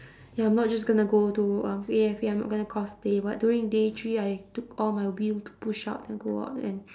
ya I'm not just gonna go to um A_F_A I'm not going to cosplay but during day three I took all my will to push out to go out and